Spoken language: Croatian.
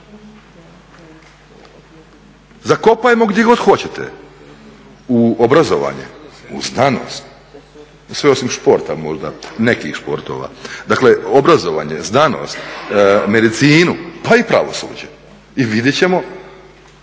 Zakopajmo gdje god hoćete, u obrazovanje, u znanost sve osim športa možda, nekih športova, dakle obrazovanje, znanost, medicinu pa i pravosuđe i vidit ćemo